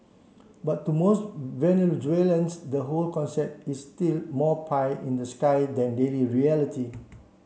but to most Venezuelans the whole concept is still more pie in the sky than daily reality